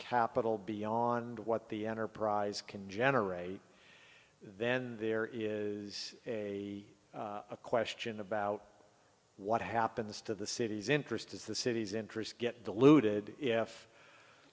capital beyond what the enterprise can generate then there is a a question about what happens to the city's interest as the city's interest get diluted if